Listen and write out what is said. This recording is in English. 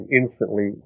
instantly